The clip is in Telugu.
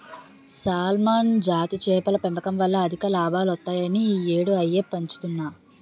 సాల్మన్ జాతి చేపల పెంపకం వల్ల అధిక లాభాలొత్తాయని ఈ యేడూ అయ్యే పెంచుతన్ను